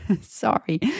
sorry